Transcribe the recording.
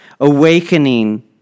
Awakening